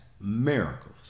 miracles